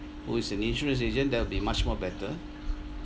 who is an insurance agent that will be much more better